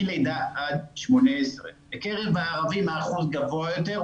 מלידה עד 18. בקרב הערבים האחוז גבוה יותר,